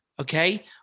Okay